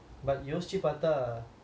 but யோசுச்சு பாத்தா:yosichu paatha